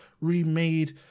remade